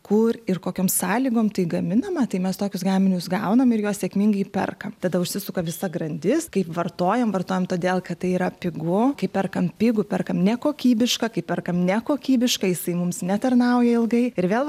kur ir kokiom sąlygom tai gaminama tai mes tokius gaminius gaunam ir juos sėkmingai perkam tada užsisuka visa grandis kaip vartojam vartojam todėl kad tai yra pigu kaip perkant pigų perkam nekokybišką kai perkam nekokybišką jisai mums netarnauja ilgai ir vėl